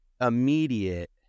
immediate